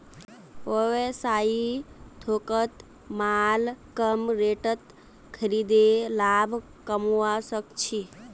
व्यवसायी थोकत माल कम रेटत खरीदे लाभ कमवा सक छी